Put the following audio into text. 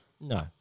No